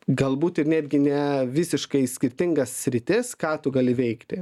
galbūt ir netgi ne visiškai skirtingas sritis ką tu gali veikti